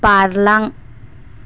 बारलां